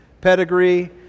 pedigree